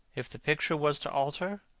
if the picture was to alter,